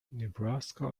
nebraska